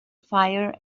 fire